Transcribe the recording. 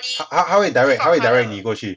他他他会 direct 他会 direct 你过去